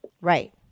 Right